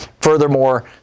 Furthermore